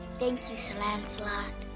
thank you, sir lancelot.